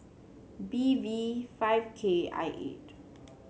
B V five K I eight